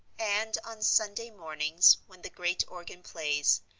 and on sunday mornings, when the great organ plays,